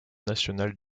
national